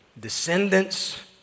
descendants